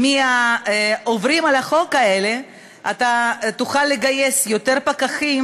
מהעוברים על החוק האלה אתה תוכל לגייס יותר פקחים,